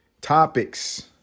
topics